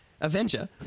Avenger